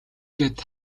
гээд